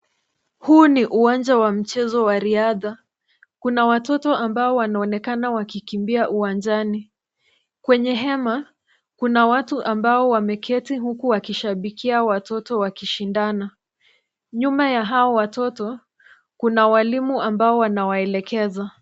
Huu ni uwanja wa mchezo wa rihadha , kuna watoto ambao wanaonekana wakikimbia uwanjani kwenye hema, kuna watu ambao wameketi huku wakishabikia watoto wakishindana, nyuma ya hawa watoto kuna walimu ambao wanawaelekeza.